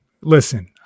listen